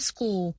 School